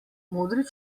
modri